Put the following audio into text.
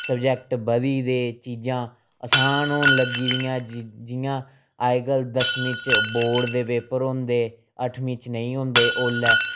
subject बधी गेदे चीज़ां असान होन लग्गी दियां जियां अज्जकल दसमीं च बोर्ड दे पेपर होंदे अठमीं च नेईं होंदे ओल्लै